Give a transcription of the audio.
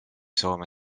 soome